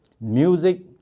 music